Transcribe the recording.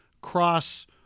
cross